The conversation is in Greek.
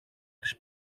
τις